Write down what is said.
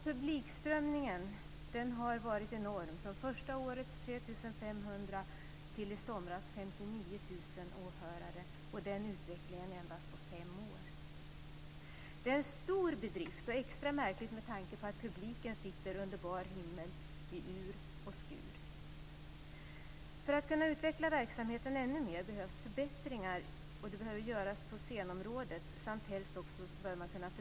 Publiktillströmningen har varit enorm. Från första årets 3 500 personer har den ökat till 59 000 åhörare i somras - och denna utveckling på endast fem år! Det är en stor bedrift och extra märklig med tanke på att publiken sitter under bar himmel i ur och skur. För att kunna utveckla verksamheten ännu mer behövs förbättringar göras av scenområdet och helst också av publikplatserna.